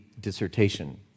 dissertation